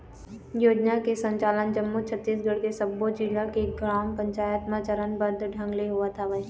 योजना के संचालन जम्मो छत्तीसगढ़ के सब्बो जिला के ग्राम पंचायत म चरनबद्ध ढंग ले होवत हवय